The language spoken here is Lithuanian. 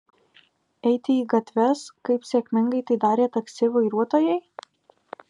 eiti į gatves kaip sėkmingai tai darė taksi vairuotojai